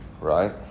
right